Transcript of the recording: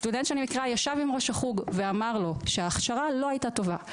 סטודנט שאני מכירה ישב עם ראש החוג ואמר לו שההכשרה לא הייתה טובה.